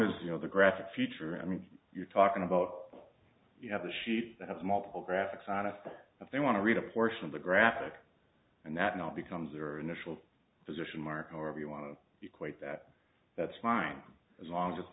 as you know the graphic feature i mean you're talking about you have a sheet that has multiple graphics on if they want to read a portion of the graphic and that now becomes their initial position mark or if you want to equate that that's fine as long as it's